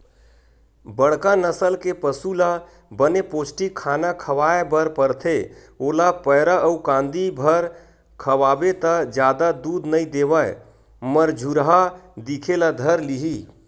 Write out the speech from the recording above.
बड़का नसल के पसु ल बने पोस्टिक खाना खवाए बर परथे, ओला पैरा अउ कांदी भर खवाबे त जादा दूद नइ देवय मरझुरहा दिखे ल धर लिही